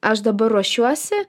aš dabar ruošiuosi